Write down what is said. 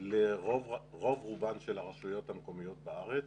לרוב רובן של הרשויות המקומיות בארץ,